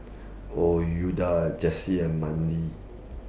Ouida Jessie and Mandy